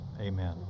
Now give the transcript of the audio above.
amen